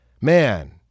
Man